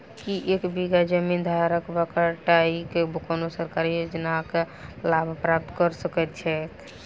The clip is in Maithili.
की एक बीघा जमीन धारक वा बटाईदार कोनों सरकारी योजनाक लाभ प्राप्त कऽ सकैत छैक?